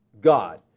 God